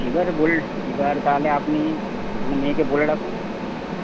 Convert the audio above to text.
এইবার বল এইবার তাহলে আপনার মেয়েকে বলে রাখুন